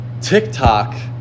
TikTok